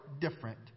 different